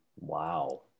Wow